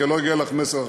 כי לא הגיע אליך מסר אחר,